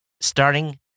starting